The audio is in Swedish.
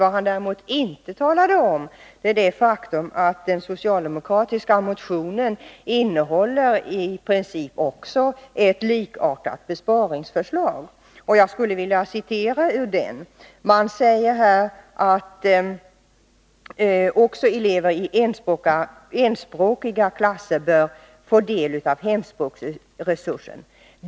Vad han däremot inte talade om är att också den socialdemokratiska motionen i princip innehåller ett likartat besparingsför Nr 120 slag, och jag skulle vilja citera ur den: ”Också elever i enspråkiga klasser bör därför få del av hemspråksresursen.